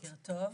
בוקר טוב.